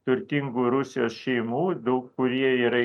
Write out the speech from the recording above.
turtingų rusijos šeimų daug kurie yra